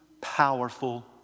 powerful